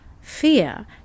fear